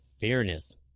fairness